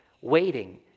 waiting